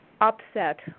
upset